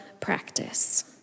practice